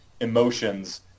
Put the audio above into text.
emotions